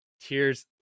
Tears